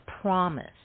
promise